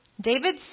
David